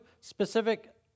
specific